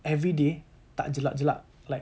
everyday tak jelak-jelak like